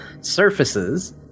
surfaces